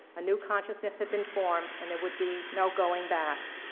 a new consciousness had been formed, and there would be no going back.